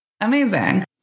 Amazing